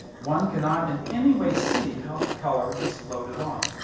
one cannot in any way see how the color was floated on.